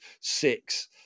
six